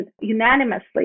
unanimously